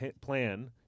plan